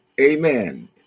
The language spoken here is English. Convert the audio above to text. Amen